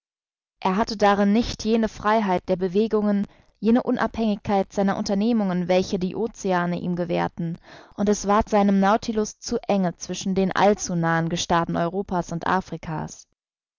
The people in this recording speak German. er hatte darin nicht jene freiheit der bewegungen jene unabhängigkeit seiner unternehmungen welche die oceane ihm gewährten und es ward seinem nautilus zu enge zwischen den allzu nahen gestaden europa's und afrika's